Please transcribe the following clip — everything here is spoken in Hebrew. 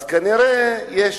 כנראה יש